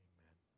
Amen